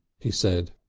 he said.